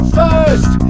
first